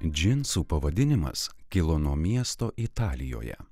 džinsų pavadinimas kilo nuo miesto italijoje